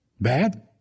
Bad